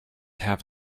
have